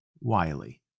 Wiley